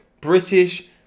British